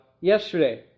yesterday